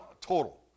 total